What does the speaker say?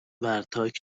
ورتاک